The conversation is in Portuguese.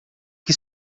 que